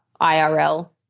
IRL